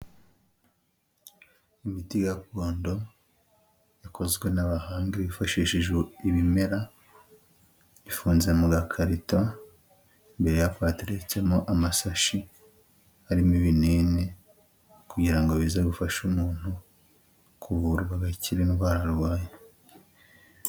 Imiti gakondo yakozwe n'abahanga hifashishijwe ibimera, ifunze mu gakarita imbere yako, hateretsemo amasashi, arimo ibinini kugira ngo bize gufasha umuntu kuvurwa agakira indwara arwaye.